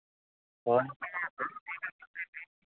ᱦᱳᱭ